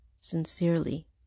sincerely